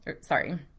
sorry